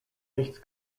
nichts